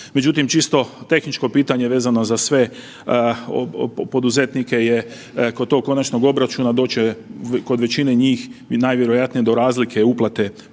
međutim, čisto tehničko pitanje vezano za sve poduzetnike je kod tog konačnog obračuna doći će, kod većine njih i najvjerojatnije do razlike uplate poreza na